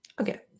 Okay